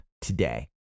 today